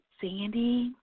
Sandy